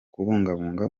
kubungabunga